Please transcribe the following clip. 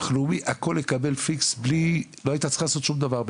לאומי והיא לא הייתה צריכה לעשות שום דבר.